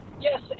Yes